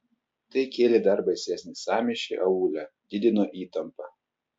tai kėlė dar baisesnį sąmyšį aūle didino įtampą